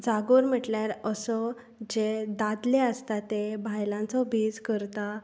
जागोर म्हटल्यार असो जे दादले आसता ते भायलांचो भेस करता